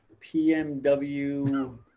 PMW